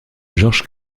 georges